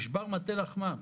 נשבר מטה לחמם.